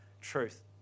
truth